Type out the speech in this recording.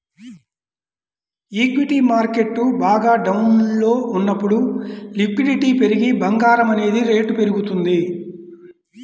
equity market బాగా డౌన్లో ఉన్నప్పుడు లిక్విడిటీ పెరిగి బంగారం అనేది రేటు పెరుగుతుంది